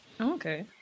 okay